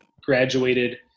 graduated –